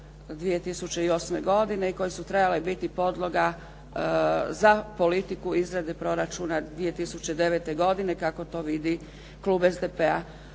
2008. godine i koji su trebali biti podloga za politiku izrade proračuna 2009. godine kako to vidi klub SDP-a.